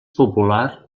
popular